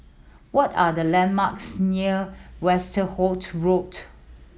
what are the landmarks near Westerhout Road